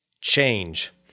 Change